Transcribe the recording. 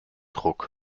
ruck